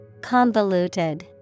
Convoluted